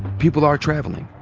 people are traveling.